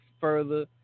further